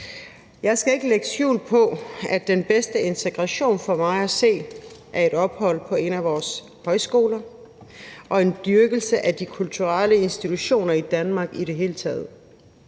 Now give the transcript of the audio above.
Jeg skal ikke lægge skjul på, at den bedste integration for mig at se er et ophold på en af vores højskoler og en dyrkelse af de kulturelle institutioner i Danmark i det hele taget.